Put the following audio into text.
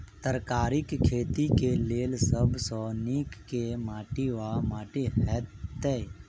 तरकारीक खेती केँ लेल सब सऽ नीक केँ माटि वा माटि हेतै?